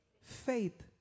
faith